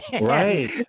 Right